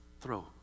Throw